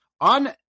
on